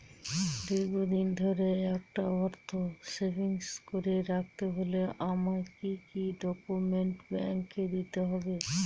দীর্ঘদিন ধরে একটা অর্থ সেভিংস করে রাখতে হলে আমায় কি কি ডক্যুমেন্ট ব্যাংকে দিতে হবে?